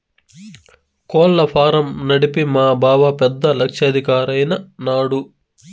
కోళ్ల ఫారం నడిపి మా బావ పెద్ద లక్షాధికారైన నాడు